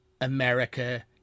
America